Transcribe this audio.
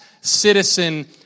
citizen